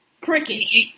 Crickets